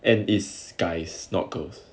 and it's guys not girls